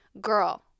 Girl